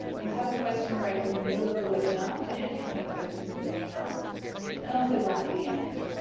we'll have a question break in the middle of the webinar, to answer any questions that have been asked and also one at the end.